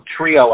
Trio